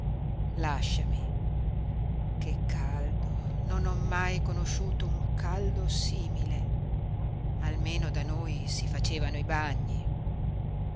lasciami che caldo non ho mai conosciuto un caldo simile almeno da noi si facevano i bagni